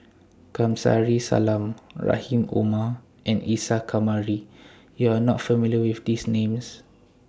Kamsari Salam Rahim Omar and Isa Kamari YOU Are not familiar with These Names